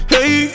Hey